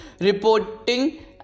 reporting